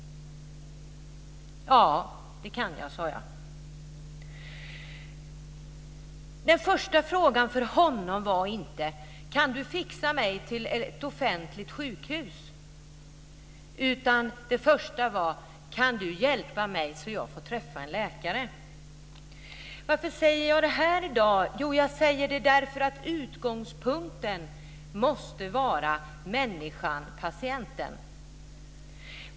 "Ja, det kan jag", sade jag. Den första frågan för honom var inte "Kan du fixa mig till ett offentligt sjukhus? ", utan den första var "Kan du hjälpa mig så att jag får träffa en läkare?". Varför säger jag detta i dag? Jo, jag säger det därför att utgångspunkten måste vara människan och patienten.